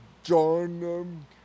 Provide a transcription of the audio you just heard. John